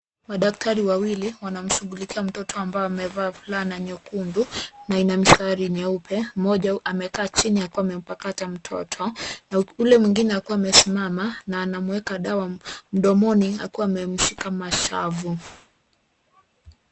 Madaktari wawili wanamshughulikia mtoto ambaye amevaa fulana nyekundu na ina mistari nyeupe. Moja amekaa chini akiwa amempakata mtoto na ule mwingine akiwa amesimama na anamweka dawa mdomoni akiwa amemshika mashavu.